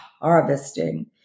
harvesting